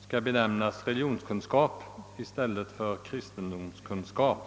skall benämnas religionskunskap i stället för kristendomskunskap.